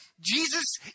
Jesus